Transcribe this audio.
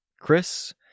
Chris